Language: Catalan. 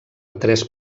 tres